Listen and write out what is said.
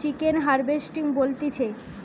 chicken harvesting বলতিছে